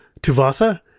Tuvasa